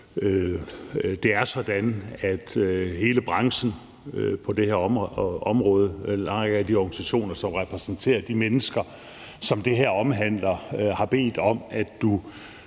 det er sådan, at hele branchen på det her område, alle de organisationer, som repræsenterer de mennesker, som det her omhandler, har bedt om, at du